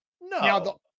No